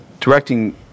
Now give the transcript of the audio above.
directing